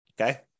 Okay